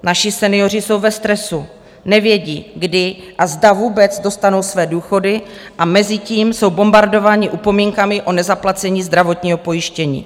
Naši senioři jsou ve stresu, nevědí, kdy a zda vůbec dostanou své důchody, a mezitím jsou bombardováni upomínkami o nezaplacení zdravotního pojištění.